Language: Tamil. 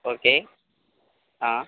ஓகே ஆ